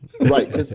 Right